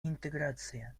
интеграция